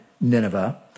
Nineveh